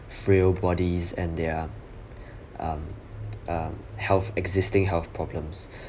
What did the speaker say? frail bodies and their um um health existing health problems